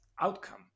outcome